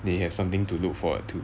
may have something to look forward to